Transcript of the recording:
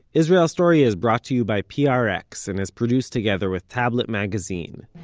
israel story is brought to you by prx and is produced together with tablet magazine.